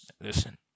listen